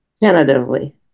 tentatively